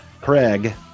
Craig